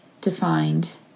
defined